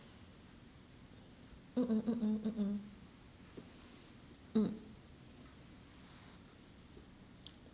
mm mm mm mm mm mm mm